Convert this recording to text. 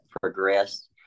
progressed